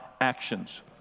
actions